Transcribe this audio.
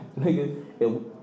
nigga